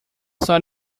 not